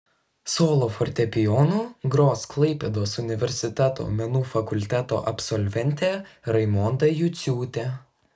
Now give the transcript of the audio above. solo fortepijonu gros klaipėdos universiteto menų fakulteto absolventė raimonda juciūtė